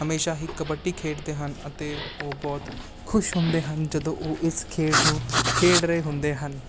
ਹਮੇਸ਼ਾ ਹੀ ਕਬੱਡੀ ਖੇਡਦੇ ਹਨ ਅਤੇ ਉਹ ਬਹੁਤ ਖੁਸ਼ ਹੁੰਦੇ ਹਨ ਜਦੋਂ ਉਹ ਇਸ ਖੇਡ ਨੂੰ ਖੇਡ ਰਹੇ ਹੁੰਦੇ ਹਨ